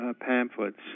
pamphlets